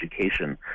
education